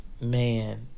man